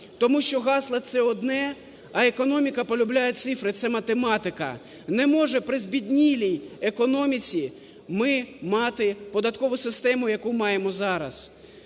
тому що гасло – це одне, а економіка полюбляє цифри, це математика. Не може при збіднілій економіці ми мати податкову систему, яку маємо зараз.